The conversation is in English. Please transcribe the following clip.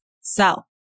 sell